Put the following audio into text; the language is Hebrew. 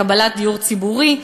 לקבלת דיור ציבורי.